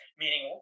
meaning